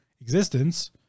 existence